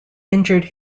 injured